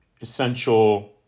essential